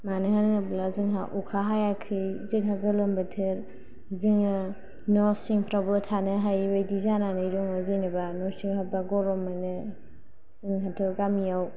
मानो होनोब्ला जोंहा अखा हायाखै जोंहा गोलोम बोथोर जोंङो न'सिंफ्रावबो थानो हायै बायदि जानानै दंङ जेनोबा न' सिंआव हाबबा गरम मोनो जोंहाथ' गामिआव